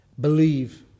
believe